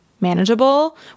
manageable